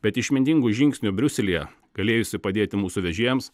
bet išmintingų žingsnių briuselyje galėjusių padėti mūsų vežėjams